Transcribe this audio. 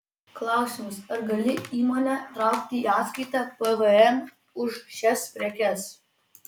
klausimas ar gali įmonė traukti į atskaitą pvm už šias prekes